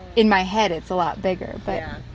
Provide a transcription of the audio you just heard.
in my head it's a lot b igger but,